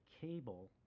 cable